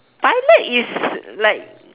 pilot is like